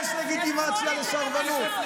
אפס לגיטימציה לסרבנות.